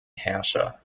herrscher